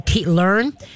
learn